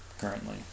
currently